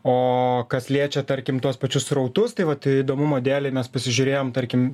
o kas liečia tarkim tuos pačius srautus tai vat įdomumo dėlei mes pasižiūrėjom tarkim